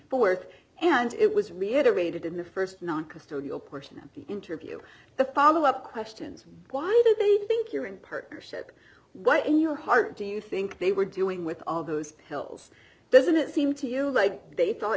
june th and it was reiterated in the st non custodial portion of the interview the follow up questions why did they think you're in partnership why in your heart do you think they were doing with all those pills doesn't it seem to you like they thought